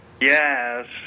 Yes